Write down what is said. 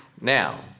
Now